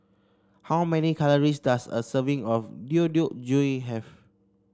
how many calories does a serving of Deodeok have